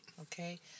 Okay